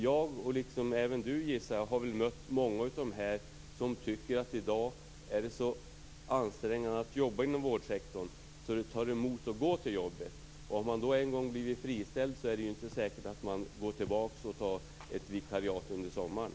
Jag, och jag gissar även Hans Karlsson, har mött många som tycker att det i dag är så ansträngande att jobba inom vårdsektorn att det tar emot att gå till jobbet. Har man då en gång blivit friställd är det inte säkert att man går tillbaka och tar ett vikariat under sommaren.